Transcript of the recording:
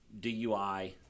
DUI